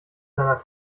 seiner